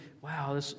wow